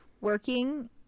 working